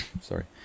sorry